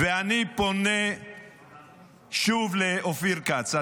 ואני פונה שוב לאופיר כץ,